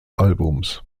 albums